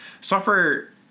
Software